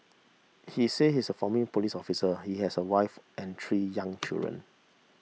he said he's a former police officer he has a wife and three young children